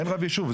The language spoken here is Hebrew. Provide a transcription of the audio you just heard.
אין רב ישוב,